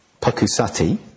Pakusati